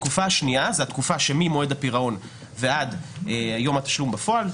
התקופה השנייה זו התקופה שממועד הפירעון ועד יום התשלום בפועל,